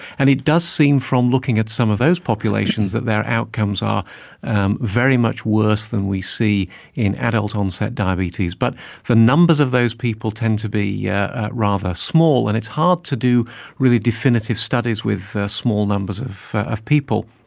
and it does seem from looking at some of those populations that their outcomes are and very much worse than we see in adult onset diabetes. but the numbers of those people tend to be yeah rather small, and it's hard to do really definitive studies with small numbers of of people.